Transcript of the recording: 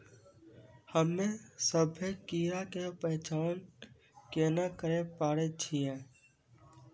हम्मे सभ्भे कीड़ा के पहचान केना करे पाड़ै छियै?